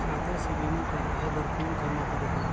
खाता से बीमा करवाय बर कौन करना परही?